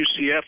UCF